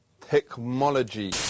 technology